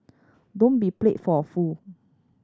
don't be played for a fool